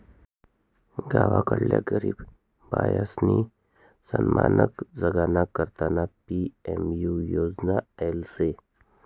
गावसकडल्या गरीब बायीसनी सन्मानकन जगाना करता पी.एम.यु योजना येल शे